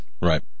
Right